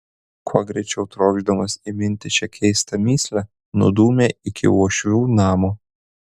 kuo greičiau trokšdamas įminti šią keistą mįslę nudūmė iki uošvių namo